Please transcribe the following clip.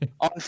On